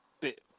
bit